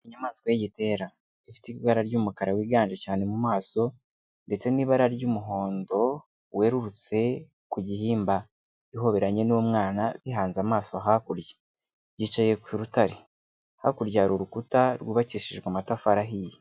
Inyamaswa y'igitera, ifite ibara ry'umukara wiganje cyane mu maso ,ndetse n'ibara ry'umuhondo werurutse ku gihimba, ihoberanye n'umwana bihanze amaso hakurya, yicaye ku rutare, hakurya hari urukuta rwubakishijwe amatafari ahiye.